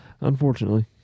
Unfortunately